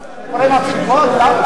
אתה אומר על ההסתייגויות שלי: מצחיקות?